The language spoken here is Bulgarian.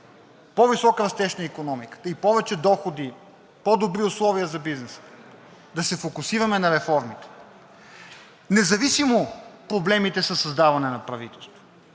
по-висок растеж на икономиката и повече доходи, по-добри условия за бизнеса, да се фокусираме на реформите. Независимо проблемите със създаване на правителство,